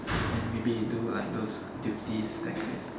then maybe do like those duties that kind